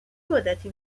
مدتی